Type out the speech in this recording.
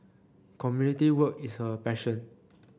community work is her passion